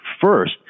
First